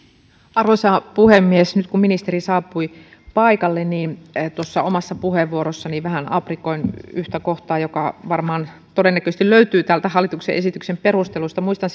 arvoisa puhemies nyt kun ministeri saapui paikalle tuossa omassa puheenvuorossani vähän aprikoin yhtä kohtaa joka todennäköisesti löytyy täältä hallituksen esityksen perusteluista muistan